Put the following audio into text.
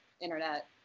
internet